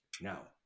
Now